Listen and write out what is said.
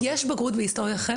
יש בגרות בהיסטוריה חמד?